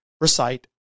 recite